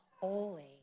holy